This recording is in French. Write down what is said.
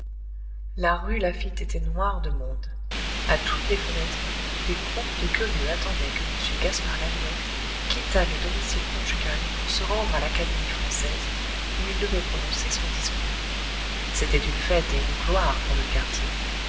la rue laffitte était noire de monde a toutes les fenêtres des groupes de curieux attendaient que m gaspard lalouette quittât le domicile conjugal pour se rendre à l'académie française où il devait prononcer son discours c'était une fête et une gloire pour le quartier